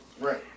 Right